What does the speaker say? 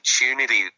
opportunity